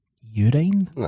urine